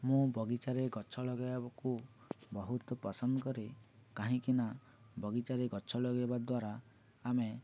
ମୁଁ ବଗିଚାରେ ଗଛ ଲଗାଇବାକୁ ବହୁତ ପସନ୍ଦ କରେ କାହିଁକି ନା ବଗିଚାରେ ଗଛ ଲଗାଇବା ଦ୍ୱାରା ଆମେ